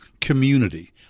community